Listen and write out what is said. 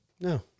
No